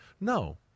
No